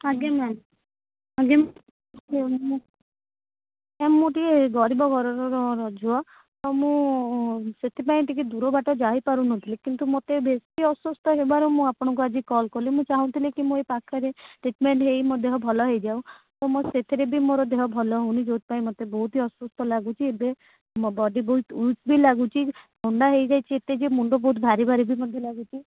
ଆଜ୍ଞା ma'am ma'am ମୁଁ ଟିକେ ଗରିବ ଘରର ଝିଅ ତ ମୁଁ ସେଥିପାଇଁ ଟିକେ ଦୂର ବାଟ ଯାଇ ପାରୁନଥିଲି କିନ୍ତୁ ମୋତେ ବେଶୀ ଅସୁସ୍ଥ ହେବାରୁ ମୁଁ ଆପଣଙ୍କୁ ଆଜି କଲ୍ କଲି ମୁଁ ଚାହୁଁଥିଲି କି ମୁଁ ଏହି ପାଖରେ ଟ୍ରିଟମେଣ୍ଟ୍ ହେଇ ମୋ ଦେହ ଭଲ ହେଇଯାଉ ଓ ମୋର ସେଥିରେ ବି ମୋ ଦେହ ଭଲ ହେଉନି ଯେଉଁଥିରେ ପାଇଁ ମୋତେ ବହୁତ ହି ଅସୁସ୍ଥ ଲାଗୁଛି ଏବେ ମୋ ବଡ଼ି ବହୁତ ୱିକ୍ ବି ଲାଗୁଛି ଥଣ୍ଡା ହେଇ ଯାଇଛି ଏତେ ଯେ ମୁଣ୍ଡ ବହୁତ ଭାରି ଭାରି ବି ମଧ୍ୟ ଲାଗୁଛି